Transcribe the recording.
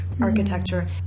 architecture